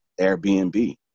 airbnb